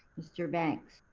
mr. banks?